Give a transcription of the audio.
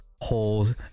holes